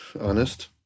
honest